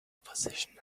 opposition